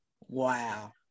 Wow